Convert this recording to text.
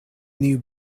new